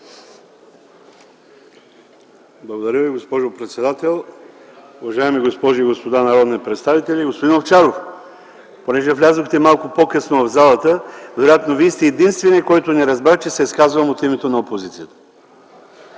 Адемов. ХАСАН АДЕМОВ (ДПС): Уважаеми госпожи и господа народни представители, господин Овчаров! Понеже влязохте малко по-късно в залата, вероятно Вие сте единственият, който не разбра, че се изказвам от името на опозицията.